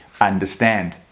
understand